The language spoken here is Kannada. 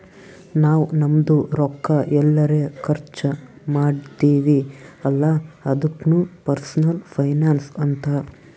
ನಾವ್ ನಮ್ದು ರೊಕ್ಕಾ ಎಲ್ಲರೆ ಖರ್ಚ ಮಾಡ್ತಿವಿ ಅಲ್ಲ ಅದುಕ್ನು ಪರ್ಸನಲ್ ಫೈನಾನ್ಸ್ ಅಂತಾರ್